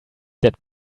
that